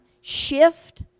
shift